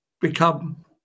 become